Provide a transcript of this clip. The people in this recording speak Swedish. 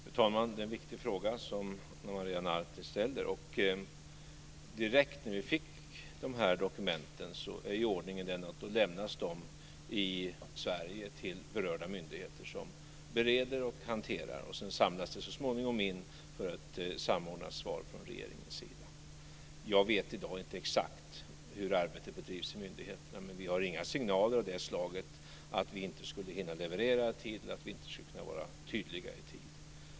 Fru talman! Det är en viktig fråga som Anna Maria Narti ställer. Direkt när vi fått de här dokumenten är ordningen i Sverige att de lämnas till berörda myndigheter som bereder och hanterar dem. Sedan samlas detta så småningom in för att samordnas i ett svar från regeringens sida. Jag vet i dag inte exakt hur arbetet bedrivs på myndigheterna, men vi har inga signaler av det slaget att vi inte skulle hinna leverera i tid, att vi inte skulle kunna vara tydliga i tid.